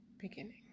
beginning